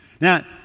Now